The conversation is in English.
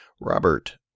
Robert